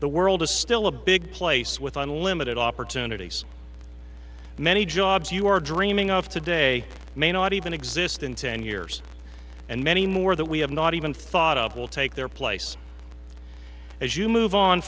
the world is still a big place with unlimited opportunities many jobs you are dreaming of today may not even exist in ten years and many more that we have not even thought of will take their place as you move on